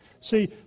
See